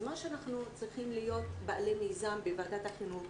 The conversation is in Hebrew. אנחנו צריכים להיות בעלי מיזם בוועדת החינוך,